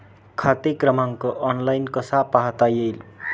खाते क्रमांक ऑनलाइन कसा पाहता येईल?